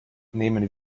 nehmen